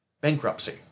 bankruptcy